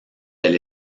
elle